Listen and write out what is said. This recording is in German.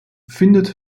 findet